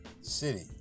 City